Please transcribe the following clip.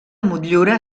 motllura